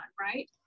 right